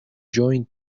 joined